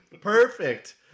Perfect